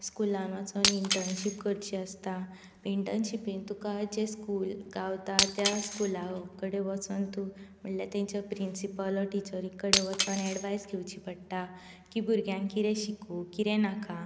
स्कुलान वाचून इंटर्तशिप करची आसता इंटर्नशिपेंत तुका जें स्कूल गावता त्या स्कुला कडेन वचून तूं म्हणल्यार तांचे प्रिंसिपल टिचरी कडेन वचून एडवायस घेवची पडटा की भुरग्यांक कितें शिकोवं कितें नाका